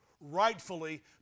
rightfully